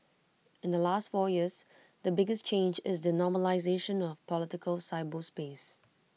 in the last four years the biggest change is the normalisation of political cyberspace